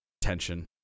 tension